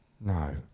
no